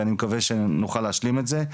ואני מקווה שנוכל להשלים את זה.